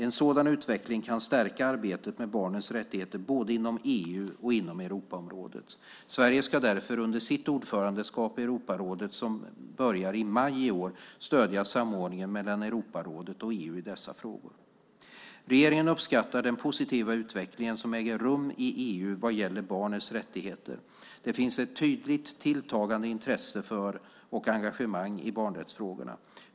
En sådan utveckling kan stärka arbetet med barnets rättigheter både inom EU och inom Europarådet. Sverige ska därför under sitt ordförandeskap i Europarådet som börjar i maj i år stödja samordningen mellan Europarådet och EU i dessa frågor. Regeringen uppskattar den positiva utvecklingen som äger rum i EU vad gäller barnets rättigheter. Det finns ett tydligt tilltagande intresse för och engagemang i barnrättsfrågorna.